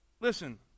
Listen